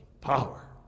power